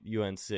UNC